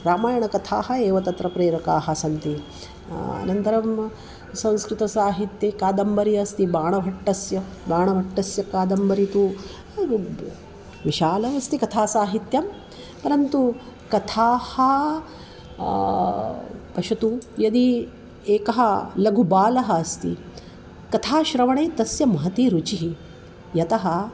रामायणकथाः एव तत्र प्रेरकाः सन्ति अनन्तरं संस्कृतसाहित्ये कादम्बरी अस्ति बाणभट्टस्य बाणभट्टस्य कादम्बरी तु ब् विशालः अस्ति कथासाहित्यं परन्तु कथाः पश्यतु यदि एकः लघुबालः अस्ति कथाश्रवणे तस्य महती रुचिः यतः